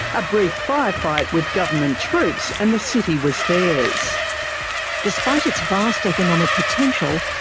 a brief firefight with government troops, and the city was theirs. despite its vast economic potential,